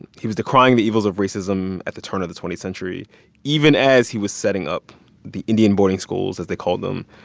he was decrying the evils of racism at the turn of the twentieth century even as he was setting up the indian boarding schools, as they called them,